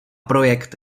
projekt